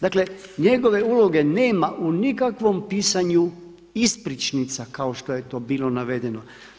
Dakle njegove uloge nema u nikakvom pisanju ispričnica kao što je to bilo navedeno.